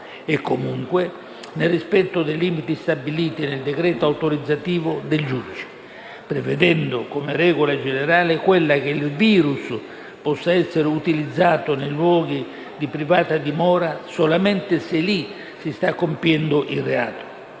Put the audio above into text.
e comunque nel rispetto dei limiti stabiliti nel decreto autorizzativo del giudice, prevedendo come regola generale che il *virus* possa essere utilizzato nei luoghi di privata dimora solamente se lì si sta compiendo il reato